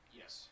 yes